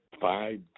five